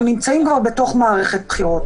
אנחנו נמצאים בתוך מערכת בחירות,